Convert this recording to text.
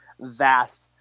vast